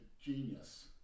genius